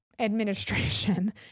administration